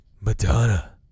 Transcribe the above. Madonna